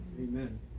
Amen